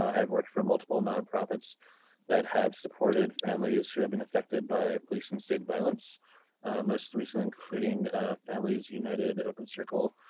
ah i've worked for multiple nonprofits that have supported families who have been affected by police and state violence most recent including families united open circle.